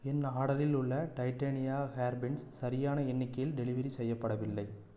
என் ஆர்டரில் உள்ள Titania hair pins சரியான எண்ணிக்கையில் டெலிவரி செய்யப்படவில்லை